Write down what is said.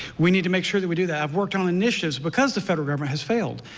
we need to make sure that we do that. i have worked on initiatives because the federal government has failed.